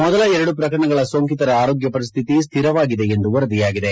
ಮೊದಲ ಎರಡು ಪ್ರಕರಣಗಳ ಸೋಂಕಿತರ ಆರೋಗ್ಯ ಪರಿಸ್ಥಿತಿ ಸ್ಥಿರವಾಗಿದೆ ಎಂದು ವರದಿಯಾಗಿದೆ